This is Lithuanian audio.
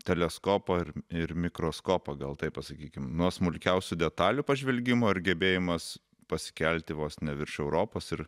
teleskopą ir mikroskopą gal taip pasakykim nuo smulkiausių detalių pažvelgimo ir gebėjimas pasikelti vos ne virš europos ir